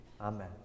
amen